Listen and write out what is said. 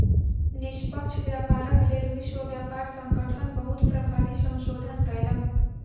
निष्पक्ष व्यापारक लेल विश्व व्यापार संगठन बहुत प्रभावी संशोधन कयलक